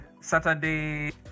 Saturday